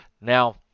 Now